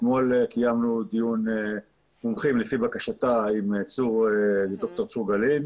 אתמול קיימנו דיון מומחים לפי בקשתה עם ד"ר צור גלין.